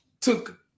took